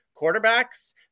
quarterbacks